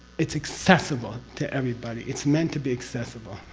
it's accessible to everybody. it's meant to be accessible.